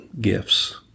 gifts